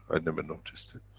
i never noticed it,